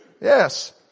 Yes